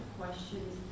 questions